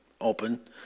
open